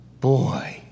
Boy